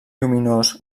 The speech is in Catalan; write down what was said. lluminós